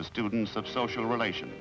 to students of social relation